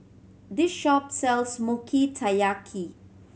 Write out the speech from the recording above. this shop sells Mochi Taiyaki